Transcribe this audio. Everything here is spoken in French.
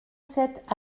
sept